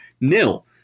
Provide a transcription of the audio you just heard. nil